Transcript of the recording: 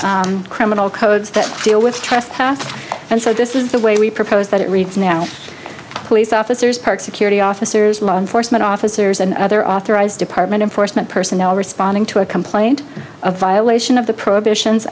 various criminal codes that deal with trespass and so this is the way we propose that it reads now police officers park security officers law enforcement officers and other authorized department enforcement personnel responding to a complaint a violation of the prohibitions